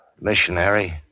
Missionary